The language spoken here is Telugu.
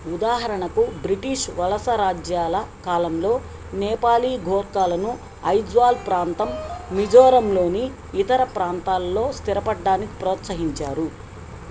ఉదాహరణకు బ్రిటిష్ వలస రాజ్యాల కాలంలో నేపాలీ గూర్ఖాలను ఐజ్వాల్ ప్రాంతం మిజోరంలోని ఇతర ప్రాంతాలలో స్దిరపడడానికి ప్రోత్సహించారు